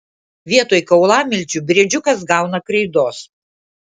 vietoj kaulamilčių briedžiukas gauna kreidos